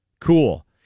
cool